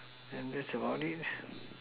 then that's about it